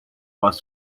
bus